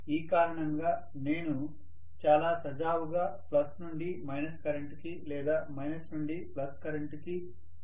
ఈ కారణంగా నేను చాలా సజావుగా ప్లస్ నుండి మైనస్ కరెంటుకి లేదా మైనస్ నుండి ప్లస్ కరెంటుకి మార్పు కలిగి ఉంటాను